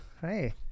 Hey